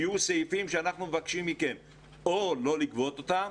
יהיו סעיפים שאנחנו מבקשים מכם או לא לגבות אותם,